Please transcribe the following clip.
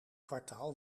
kwartaal